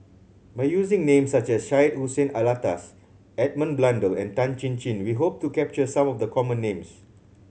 by using names such as Syed Hussein Alatas Edmund Blundell and Tan Chin Chin we hope to capture some of the common names